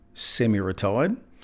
semi-retired